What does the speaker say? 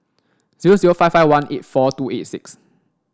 zero zero five five one eight four two eight six